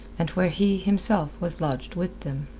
and where he, himself, was lodged with them.